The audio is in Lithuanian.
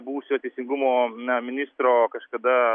buvusio teisingumo na ministro kažkada